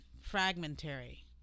fragmentary